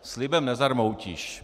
Slibem nezarmoutíš.